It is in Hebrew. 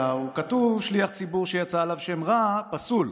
כתוב: "שליח ציבור שיצא עליו שם רע, פסול".